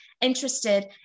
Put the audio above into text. interested